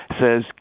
says